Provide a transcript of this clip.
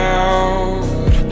out